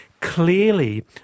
clearly